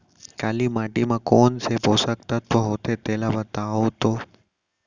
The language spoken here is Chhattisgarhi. काली माटी म कोन से पोसक तत्व होथे तेला बताओ तो?